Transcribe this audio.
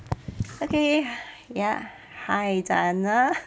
ya hi diana